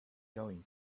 going